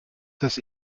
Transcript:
das